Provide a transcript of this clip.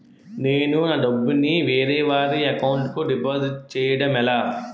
నేను నా డబ్బు ని వేరే వారి అకౌంట్ కు డిపాజిట్చే యడం ఎలా?